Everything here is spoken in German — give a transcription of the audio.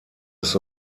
ist